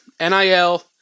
NIL